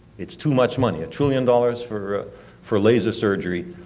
it's too much money. a trillion dollars for for laser surgery,